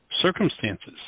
circumstances